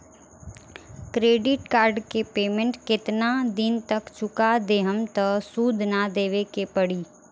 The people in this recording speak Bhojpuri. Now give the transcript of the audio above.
क्रेडिट कार्ड के पेमेंट केतना दिन तक चुका देहम त सूद ना देवे के पड़ी?